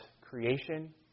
creation